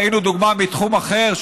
ראינו דוגמה מתחום אחר,